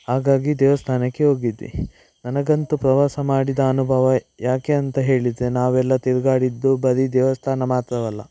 ಹಾಗಾಗಿ ದೇವಸ್ಥಾನಕ್ಕೆ ಹೋಗಿದ್ವಿ ನನಗಂತೂ ಪ್ರವಾಸ ಮಾಡಿದ ಅನುಭವ ಯಾಕೆ ಅಂತ ಹೇಳಿದರೆ ನಾವೆಲ್ಲ ತಿರುಗಾಡಿದ್ದು ಬರೀ ದೇವಸ್ಥಾನ ಮಾತ್ರವಲ್ಲ